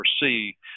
see